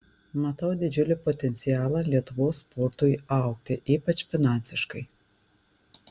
matau didžiulį potencialą lietuvos sportui augti ypač finansiškai